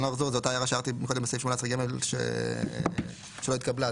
זאת אותה הערה שהערתי קודם בסעיף 18(ג) שלא התקבלה,